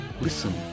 Listen